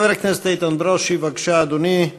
חבר הכנסת איתן ברושי, בבקשה, אדוני.